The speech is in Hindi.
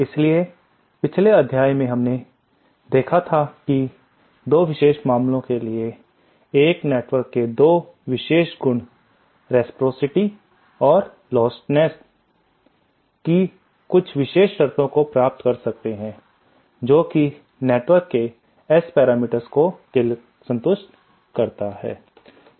इसलिए पिछले अध्याय में हमें देखा की 2 विशेष मामलों के लिए 1 नेटवर्क के 2 विशेष गुण रेसप्रॉसिटी और लोस्टलेसनेस्स चलिए हम कुछ विशेष शर्तों को प्राप्त कर सकते हैं जो कि नेटवर्क के S पैरामीटर्स को लिए संतुष्ट करता है